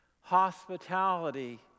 hospitality